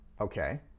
Okay